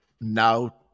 now